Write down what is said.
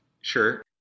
sure